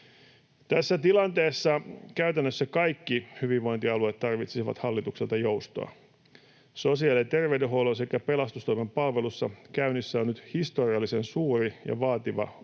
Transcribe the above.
Tässä tilanteessa käytännössä kaikki hyvinvointialueet tarvitsisivat hallitukselta joustoa. Sosiaali- ja terveydenhuollon sekä pelastustoimen palveluissa käynnissä on nyt historiallisen suuren ja vaativan